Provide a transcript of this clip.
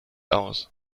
aus